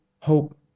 hope